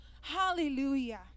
Hallelujah